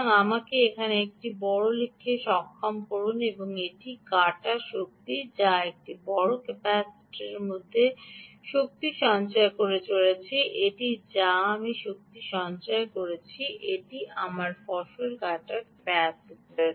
সুতরাং আমাকে এটি এখানে লিখতে সক্ষম করুন আমার একটি শক্তি কাটা যা একটি বড় ক্যাপাসিটারের মধ্যে শক্তি সঞ্চয় করে চলেছে এটি যা আমি শক্তি সঞ্চয় করছি এটি আমার ফসল কাটার ক্যাপাসিটর